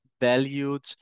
valued